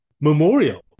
memorial